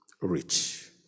rich